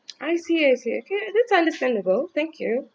I see I see okay that's understandable thank you